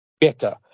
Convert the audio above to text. better